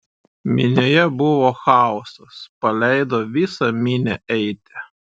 minioje buvo chaosas paleido visą minią eiti